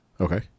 Okay